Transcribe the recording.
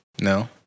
No